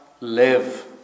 live